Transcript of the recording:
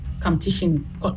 competition